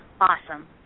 awesome